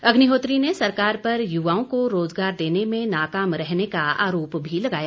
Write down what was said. अग्निहोत्री ने सरकार पर युवाओं को रोजगार देने में नाकाम रहने का आरोप भी लगाया